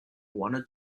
wanted